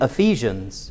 Ephesians